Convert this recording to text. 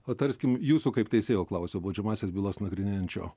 o tarkim jūsų kaip teisėjo klausiu baudžiamąsias bylas nagrinėjančio